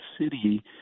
city